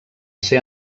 ser